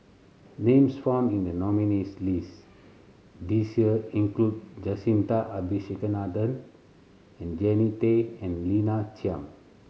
names found in the nominees' list this year include Jacintha Abisheganaden and Jannie Tay and Lina Chiam